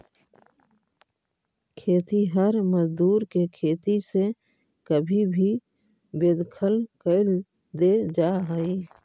खेतिहर मजदूर के खेती से कभी भी बेदखल कैल दे जा हई